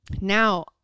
now